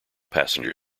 passenger